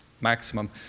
maximum